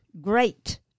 great